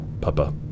Papa